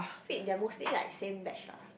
wait they're mostly like same batch ah